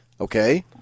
okay